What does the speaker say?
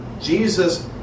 Jesus